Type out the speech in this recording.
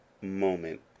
moment